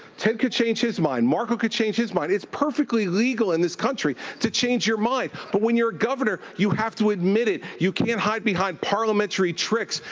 ted can change his mind. marco can change his mind. it's perfectly legal in this country to change your mind. but when you're a governor, you have to admit it. you can't hide behind parliamentary tricks.